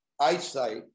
eyesight